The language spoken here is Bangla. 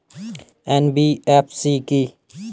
এন.বি.এফ.সি কী?